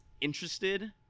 interested